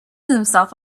himself